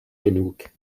genug